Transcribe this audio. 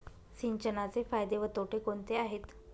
सिंचनाचे फायदे व तोटे कोणते आहेत?